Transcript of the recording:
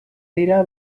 dira